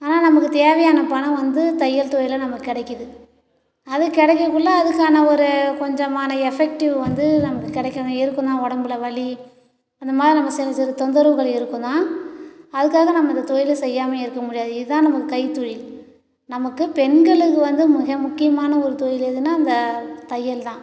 ஆனால் நமக்கு தேவையான பணம் வந்து தையல் தொழிலில் நமக்கு கிடைக்குது அது கிடைக்கக்குள்ள அதற்கான ஒரு கொஞ்சமான எஃபெக்டிவ் வந்து நமக்கு கிடைக்கும் இருக்கும் தான் உடம்புல வலி அந்த மாதிரி நம்ப சிறு சிறு தொந்தரவுகள் இருக்கும் தான் அதற்காக நம்ப அந்த தொழிலை செய்யாமையும் இருக்க முடியாது இதான் நமக்கு கைத்தொழில் நமக்கு பெண்களுக்கு வந்து மிக முக்கியமான ஒரு தொழில் எதுனா அந்த தையல் தான்